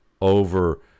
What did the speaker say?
over